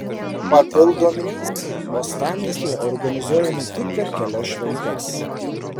papildomi reisai uostamiestyje organizuojami tik per kelias šventes